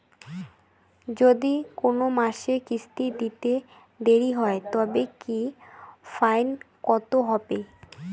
যদি কোন মাসে কিস্তি দিতে দেরি হয় তবে কি ফাইন কতহবে?